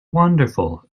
wonderful